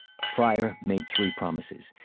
prior made three promises,